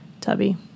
tubby